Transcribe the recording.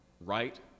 Right